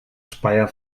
speyer